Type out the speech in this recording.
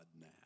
now